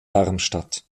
darmstadt